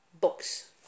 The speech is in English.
books